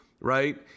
right